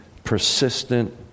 persistent